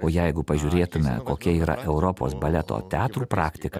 o jeigu pažiūrėtume kokia yra europos baleto teatrų praktika